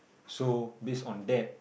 so based on that